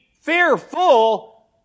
fearful